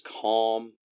calm